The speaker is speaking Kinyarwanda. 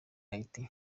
haiti